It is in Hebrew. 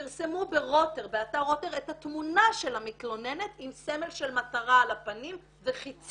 פרסמו באתר רוטר את התמונה של המתלוננת עם סמל של מטרה על הפנים וחצים.